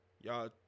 Y'all